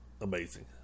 amazing